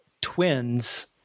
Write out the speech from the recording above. twins